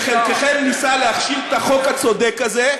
כשחלקכם ניסה להכשיל את החוק הצודק הזה,